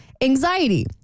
anxiety